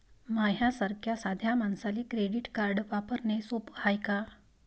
माह्या सारख्या साध्या मानसाले क्रेडिट कार्ड वापरने सोपं हाय का?